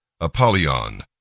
Apollyon